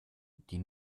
die